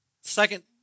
Second